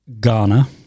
Ghana